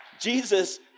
Jesus